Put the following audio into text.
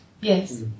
Yes